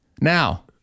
Now